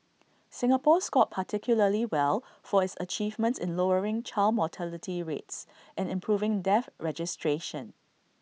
Singapore scored particularly well for its achievements in lowering child mortality rates and improving death registration